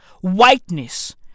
whiteness